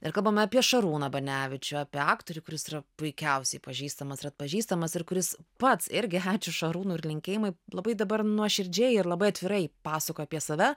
ir kalbame apie šarūną banevičių apie aktorių kuris yra puikiausiai pažįstamas ir atpažįstamas ir kuris pats irgi ačiū šarūnui ir linkėjimai labai dabar nuoširdžiai ir labai atvirai pasakoja apie save